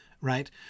right